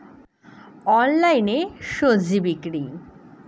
অনলাইনে স্বজি বিক্রি?